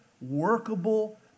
workable